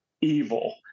evil